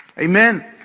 Amen